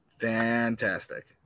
Fantastic